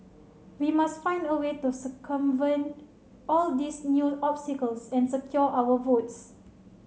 we must find a way to circumvent all these new obstacles and secure our votes